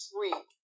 Sweet